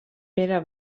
pere